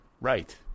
Right